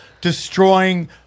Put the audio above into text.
destroying